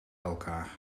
elkaar